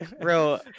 bro